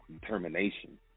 determination